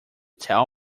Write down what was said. tell